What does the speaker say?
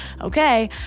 okay